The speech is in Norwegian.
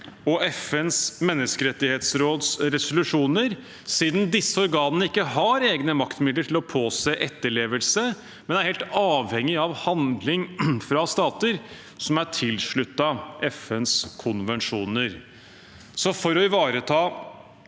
og FNs menneskerettighetsråds resolusjoner, siden disse organene ikke har egne maktmidler til å påse etterlevelse, men er helt avhengig av handling fra stater som er tilsluttet FNs konvensjoner. For å ivareta